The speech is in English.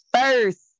first